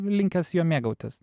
linkęs juo mėgautis